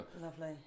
Lovely